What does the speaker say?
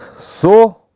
so,